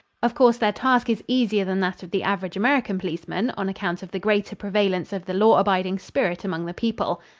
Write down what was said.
of course their task is easier than that of the average american policeman, on account of the greater prevalence of the law-abiding spirit among the people.